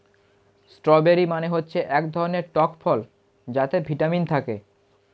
strawberry মানে হচ্ছে এক ধরনের টক ফল যাতে ভিটামিন থাকে